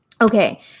okay